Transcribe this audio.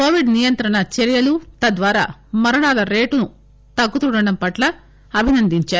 Covid నియంత్రణ చర్యలు తద్వారా మరణాల రేటు తగ్గుతుండడం పట్ల అభినందించారు